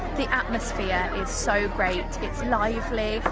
the atmosphere so great it's lively,